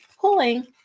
pulling